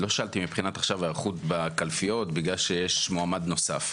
לא שאלתי מבחינת היערכות בקלפיות בגלל שיש מועמד נוסף,